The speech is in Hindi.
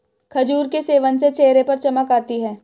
खजूर के सेवन से चेहरे पर चमक आती है